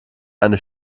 eine